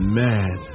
mad